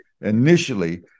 Initially